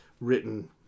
written